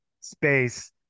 space